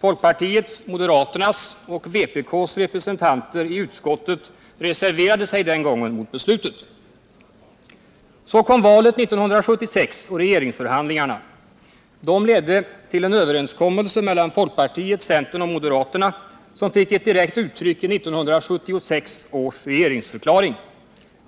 Folkpartiets, moderaternas och vpk:s representanter i utskottet reserverade sig den gången mot beslutet. Så kom valet 1976 och regeringsförhandlingarna. De ledde till en överenskommelse mellan folkpartiet, centern och moderaterna, som fick ett direkt uttryck i 1976 års regeringsförklaring.